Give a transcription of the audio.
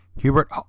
Hubert